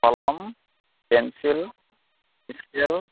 কলম pencil scale